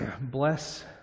Bless